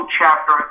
chapter